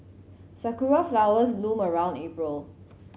sakura flowers bloom around April